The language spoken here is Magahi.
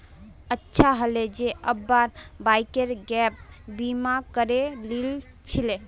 अच्छा हले जे अब्बार बाइकेर गैप बीमा करे लिल छिले